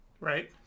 Right